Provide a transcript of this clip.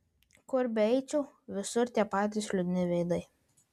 kur beeičiau visur tie patys liūdni veidai